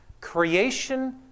creation